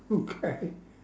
okay